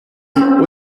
nun